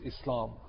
Islam